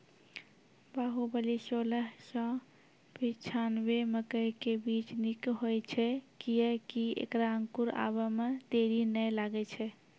बाहुबली सोलह सौ पिच्छान्यबे मकई के बीज निक होई छै किये की ऐकरा अंकुर आबै मे देरी नैय लागै छै?